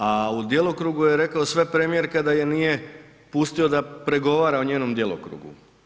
A o djelokrugu je rekao sve premijer kada ih nije pustio da pregovara o njenom djelokrugu.